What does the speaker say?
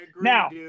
Now